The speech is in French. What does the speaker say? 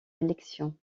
élection